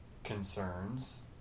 concerns